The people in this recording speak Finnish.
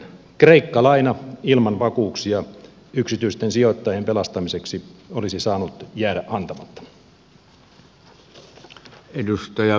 kreikka laina ilman vakuuksia yksityisten sijoittajien pelastamiseksi olisi saanut jäädä antamatta